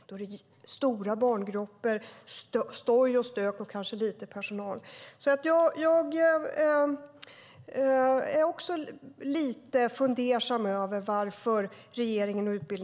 Då är barnen i stora grupper med stoj och stök och kanske alltför lite personal.